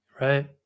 Right